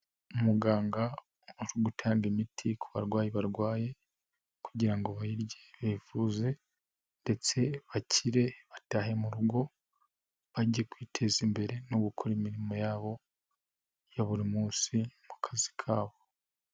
Umuganga uri gutanga imiti ku barwayi barwaye kugira ngo bayirye bivuze, ndetse bakire batahe mu rugo bajye kwiteza imbere no gukora imirimo yabo ya buri munsi mu kazi kabo.